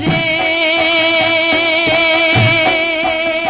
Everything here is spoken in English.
a